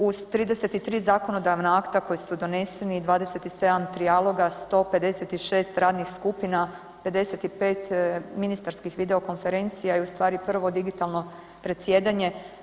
Uz 33 zakonodavna akta koja su doneseni, 27 trijaloga, 156 radnih skupina, 55 ministarskih videokonferencija i u stvari, prvo digitalno predsjedanje.